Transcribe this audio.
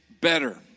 better